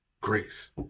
grace